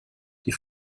die